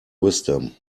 wisdom